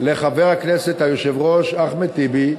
אני מודה לחבר הכנסת, היושב-ראש, אחמד טיבי,